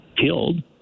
killed